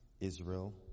Israel